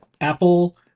Apple